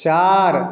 चार